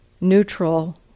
neutral